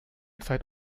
zeit